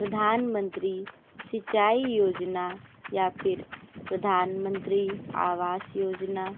प्रधानमंत्री सिंचाई योजना या फिर प्रधानमंत्री आवास योजना